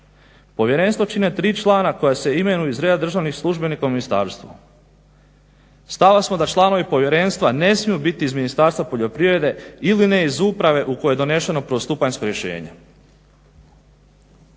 Povjerenstvo čine 3 člana koja se imenuju iz reda državnih službenih u ministarstvu. Stava smo da članovi povjerenstva ne smiju biti iz Ministarstva poljoprivrede ili ne iz uprave u kojoj je doneseno prvostupanjsko rješenje.